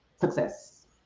success